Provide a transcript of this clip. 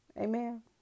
Amen